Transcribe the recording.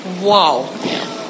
Wow